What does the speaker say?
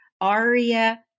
Aria